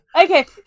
Okay